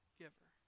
giver